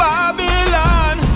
Babylon